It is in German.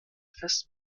fest